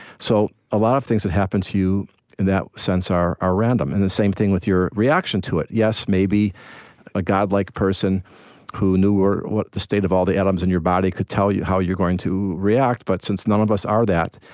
so a lot of things that happen to you in that sense are are random. and the same thing with your reaction to it yes, maybe a god-like person who knew what the state of all the atoms in your body could tell how you're going to react. but since none of us are that,